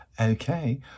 Okay